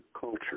culture